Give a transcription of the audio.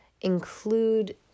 include